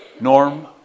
Norm